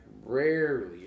rarely